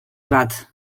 bat